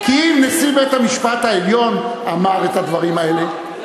כי אם נשיא בית-המשפט העליון אמר את הדברים האלה,